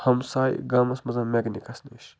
ہمساے گامَس منٛز مٮ۪کنِکَس نِش